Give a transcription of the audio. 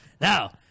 Now